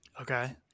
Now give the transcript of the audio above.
okay